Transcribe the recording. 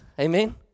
Amen